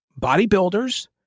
Bodybuilders